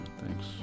Thanks